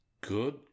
Good